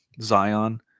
Zion